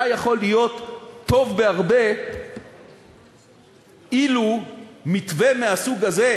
היה יכול להיות טוב בהרבה אילו מתווה מהסוג הזה,